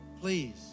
please